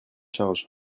charges